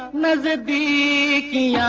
no ee